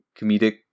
comedic